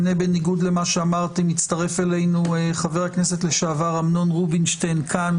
אני אציין שגם מנהלת הוועדה בדימוס, דורית ואג,